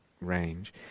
range